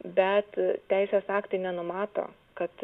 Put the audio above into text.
bet teisės aktai nenumato kad